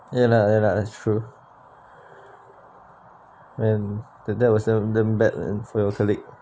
ya lah ya lah that's true when that that was damn bad man for your colleague